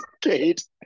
Kate